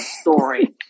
story